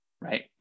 right